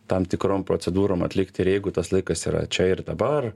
tam tikrom procedūrom atlikti ir jeigu tas laikas yra čia ir dabar